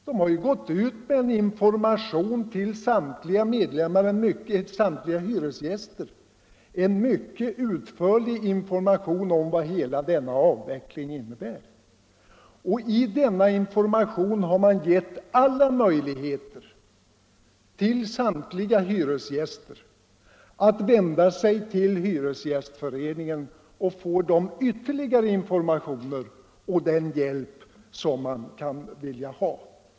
Man har gått ut till samtliga hyresgäster med en mycket utförlig information om vad avvecklingen innebär. I denna information har man visat på möjligheten för alla hyresgäster att vända sig till hyresgästföreningen för att få de ytterligare upplysningar och den hjälp som man kan vilja ha.